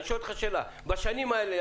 אני שואל אותך שאלה: בשנים האלה,